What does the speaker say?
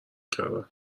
کردم